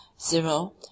zero